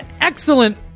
excellent